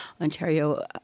Ontario